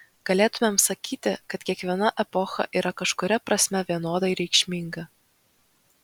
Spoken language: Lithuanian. galėtumėm sakyti kad kiekviena epocha yra kažkuria prasme vienodai reikšminga